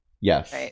Yes